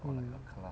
mm